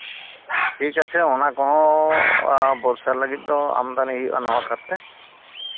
ᱴᱷᱤᱠ ᱟᱪᱷᱮ ᱚᱱᱟ ᱠᱚᱦᱚᱸ ᱵᱚᱨᱥᱟ ᱞᱟᱹᱜᱤᱫ ᱫᱚ ᱟᱢᱫᱟᱱᱤ ᱦᱩᱭᱩᱜᱼᱟ ᱱᱟᱣᱟ ᱠᱟᱨᱛᱮ